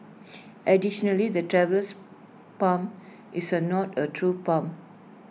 additionally the Traveller's palm is not A true palm